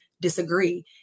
disagree